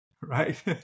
right